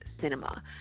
cinema